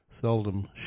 seldom